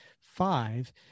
five